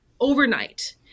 overnight